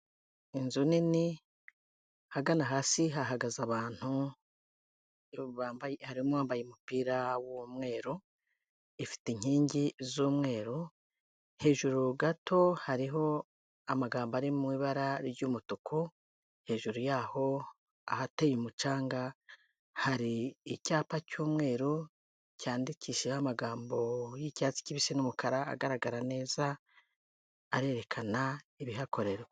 Inzu nini, ahagana hasi hahagaze abantu, bambaye, harimo uwambaye umupira w'umweru; ifite inkingi z'umweru. Hejuru gato hariho amagambo ari mu ibara ry'umutuku, hejuru yaho ahateye umucanga, hari icyapa cy'umweru cyandikishijeho amagambo y'icyatsi kibisi n'umukara, agaragara neza; arerekana ibihakorerwa.